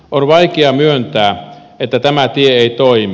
on vaikea myöntää että tämä tie ei toimi